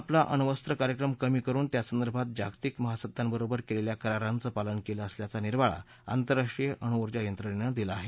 इराणनं आपला अण्वस्त्र कार्यक्रम कमी करुन त्यासंदर्भात जागतिक महासत्तांबरोबर केलेल्या कराराचं पालन केलं असल्याचा निर्वाळा आंतरराष्ट्रीय अणुऊर्जा यंत्रणेनं दिला आहे